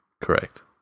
Correct